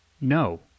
no